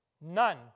None